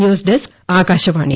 news desk Akashvani